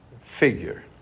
figure